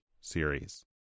series